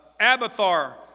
Abathar